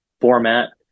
format